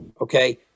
okay